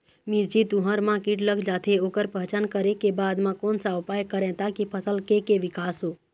मिर्ची, तुंहर मा कीट लग जाथे ओकर पहचान करें के बाद मा कोन सा उपाय करें ताकि फसल के के विकास हो?